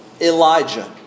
Elijah